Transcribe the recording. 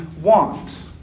want